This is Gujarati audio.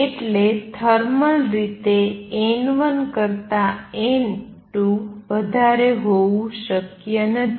એટલે થર્મલ રીતે n1 કરતા n2 વધારે હોવું શક્ય નથી